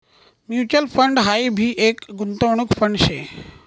mutual fund हाई भी एक गुंतवणूक फंड शे